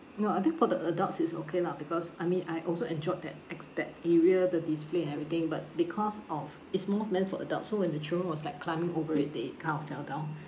ya I think for the adults is okay lah because I mean I also enjoyed that ex~ that area the display and everything but because of it's more of meant for adults so when the children was like climbing over it they kind of fell down